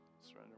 surrender